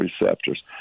receptors